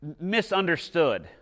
misunderstood